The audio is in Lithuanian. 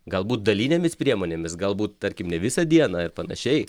galbūt dalinėmis priemonėmis galbūt tarkim ne visą dieną ir panašiai